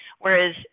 Whereas